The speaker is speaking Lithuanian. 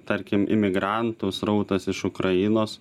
tarkim imigrantų srautas iš ukrainos